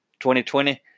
2020